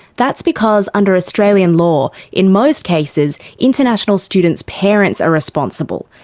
that's because under australian law, in most cases, international students' parents are responsible,